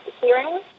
hearing